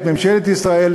את ממשלת ישראל,